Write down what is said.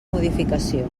modificació